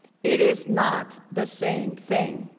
it is not the same thing.